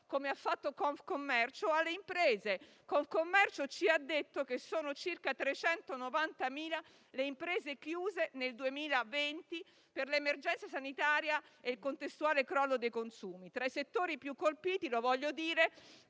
degli sport. Penso alle imprese. Confcommercio ci ha detto che sono circa 390.000 le imprese chiuse nel 2020 per l'emergenza sanitaria e il contestuale crollo dei consumi. Tra i settori più colpiti vi sono